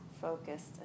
focused